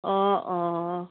অঁ অঁ